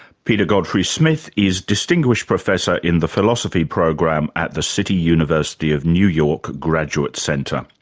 peter godfrey-smith is distinguished professor in the philosophy program at the city university of new york graduate center.